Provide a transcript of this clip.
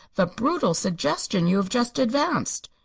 the brutal suggestion you have just advanced.